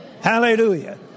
Hallelujah